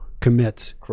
commits